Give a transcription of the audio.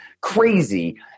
crazy